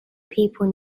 people